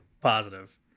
positive